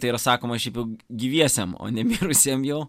tai yra sakoma šiaip juk gyviesiem o ne mirusiem jau